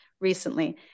recently